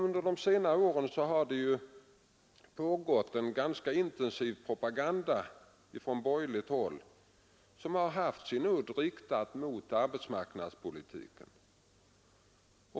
Under de senare åren har det från borgerligt håll pågått en ganska intensiv propaganda som haft sin udd riktad mot arbetsmarknadspolitiken.